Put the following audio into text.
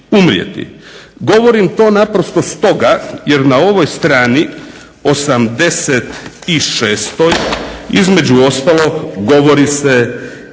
Govorim to naprosto stoga jer na ovoj strani 86 između ostalog govori se